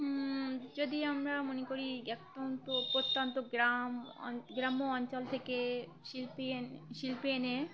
যদি আমরা মনে করি এখন তো প্রত্যন্ত গ্রাম গ্রাম্য অঞ্চল থেকে শিল্পী এনে শিল্পী এনে